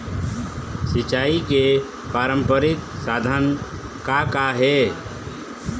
सिचाई के पारंपरिक साधन का का हे?